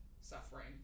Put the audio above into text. suffering